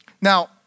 Now